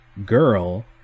girl